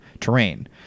terrain—